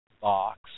box